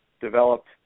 developed